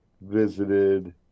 visited